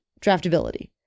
draftability